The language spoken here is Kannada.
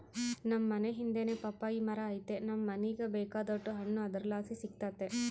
ನಮ್ ಮನೇ ಹಿಂದೆನೇ ಪಪ್ಪಾಯಿ ಮರ ಐತೆ ನಮ್ ಮನೀಗ ಬೇಕಾದೋಟು ಹಣ್ಣು ಅದರ್ಲಾಸಿ ಸಿಕ್ತತೆ